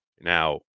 Now